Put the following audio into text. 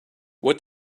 what